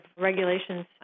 regulations